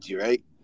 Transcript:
right